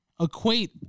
equate